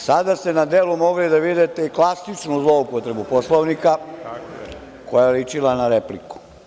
Sada ste na delu mogli da vidite klasičnu zloupotrebu Poslovnika, koja je ličila na repliku.